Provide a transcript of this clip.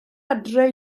adre